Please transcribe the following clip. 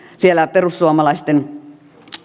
siellä perussuomalaisten